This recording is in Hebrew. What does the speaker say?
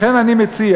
לכן אני מציע,